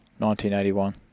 1981